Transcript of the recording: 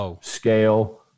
scale